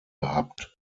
gehabt